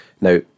Now